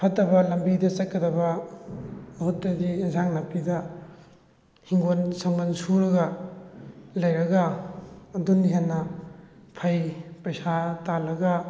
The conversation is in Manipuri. ꯐꯠꯇꯕ ꯂꯝꯕꯤꯗ ꯆꯠꯀꯗꯕ ꯃꯍꯨꯠꯇꯗꯤ ꯏꯟꯁꯥꯡ ꯅꯥꯄꯤꯗ ꯍꯤꯡꯒꯣꯟ ꯁꯝꯕꯜ ꯁꯨꯔꯒ ꯂꯩꯔꯒ ꯑꯗꯨꯅ ꯍꯦꯟꯅ ꯐꯩ ꯄꯩꯁꯥ ꯇꯥꯜꯂꯒ